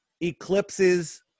eclipses